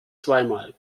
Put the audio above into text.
zweimal